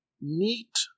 neat